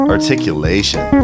Articulation